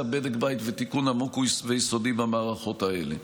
בדק בית ותיקון עמוק ויסודי במערכות האלה.